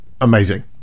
amazing